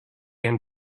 and